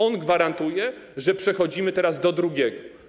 On gwarantuje, że przechodzimy teraz do drugiego.